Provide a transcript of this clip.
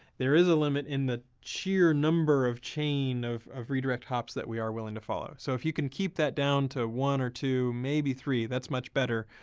there is a limit in the sheer number of chain of of redirect hops that we are willing to follow. so if you can keep that down to one or two, maybe three, that's much better.